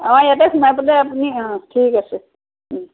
অঁ ইয়াতে সোমাই পেলাই আপুনি অঁ ঠিক আছে